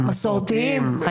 מסורתיים.